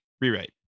Rewrite